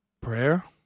Prayer